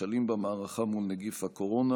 הכשלים במערכה מול נגיף הקורונה,